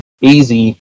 easy